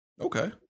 Okay